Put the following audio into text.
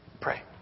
Pray